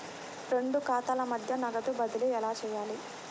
రెండు ఖాతాల మధ్య నగదు బదిలీ ఎలా చేయాలి?